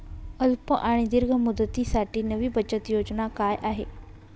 अल्प आणि दीर्घ मुदतीसाठी नवी बचत योजना काय आहे?